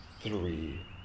three